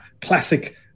classic